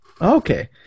Okay